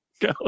Go